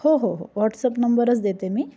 हो हो हो वॉट्सअप नंबरच देते मी